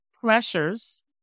pressures